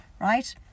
right